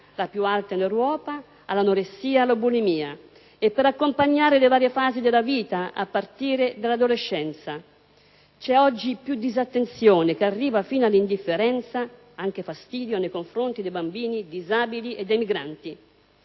(la più alta in Europa), all'anoressia e alla bulimia - e per accompagnare le varie fasi della vita, a partire dall'adolescenza. C'è oggi più disattenzione, che arriva fino all'indifferenza e anche al fastidio, nei confronti dei bambini disabili e dei migranti.